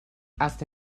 hasta